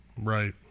Right